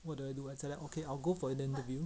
what do I do I tell them okay I'll go for an interview